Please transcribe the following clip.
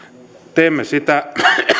teemme sitä